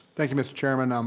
thank you, mr. chairman. um